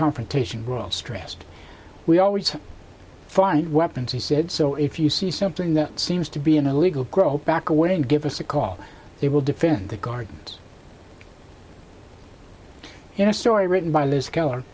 confrontation rule stressed we always find weapons he said so if you see something that seems to be an illegal grow back away and give us a call they will defend the gardens in a story written by liz keller